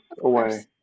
away